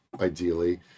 ideally